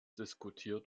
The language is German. diskutiert